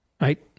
Right